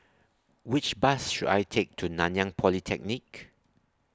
Which Bus should I Take to Nanyang Polytechnic